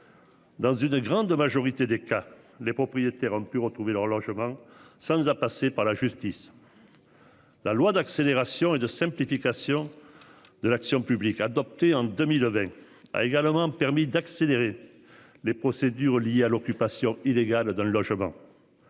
Dans une grande majorité des cas les propriétaires ont pu retrouver leur logement. Ça nous a passé par la justice. La loi d'accélération et de simplification. De l'action publique, adoptée en 2000 ovins a également permis d'accélérer les procédures liées à l'occupation illégale dans le logement.